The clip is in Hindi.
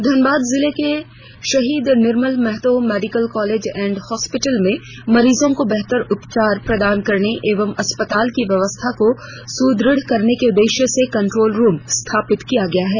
धनबाद जिले के शहीद Nirmal Mahato medical college and hospital में मरीजों को बेहतर उपचार प्रदान करने एवं अस्पताल की व्यवस्था को सुदृढ़ करने के उद्देश्य से कंट्रोल रूम स्थापित किया गया है